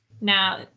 Now